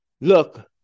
Look